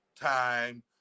time